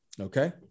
Okay